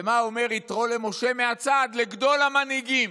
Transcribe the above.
מה אומר יתרו למשה מהצד, לגדול המנהיגים,